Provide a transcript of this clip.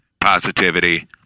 Positivity